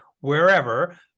wherever